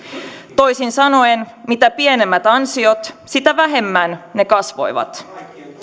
toisin sanoen mitä pienemmät ansiot sitä vähemmän ne kasvoivat